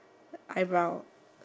eyebrow